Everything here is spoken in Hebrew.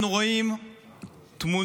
אנחנו רואים תמונות